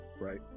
Right